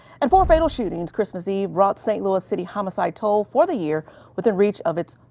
and for fatal shootings christmas eve brought st. louis city homicide toll for the year with the reach of it.